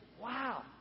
Wow